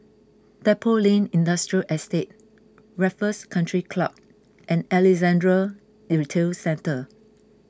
Depot Lane Industrial Estate Raffles Country Club and Alexandra Retail Centre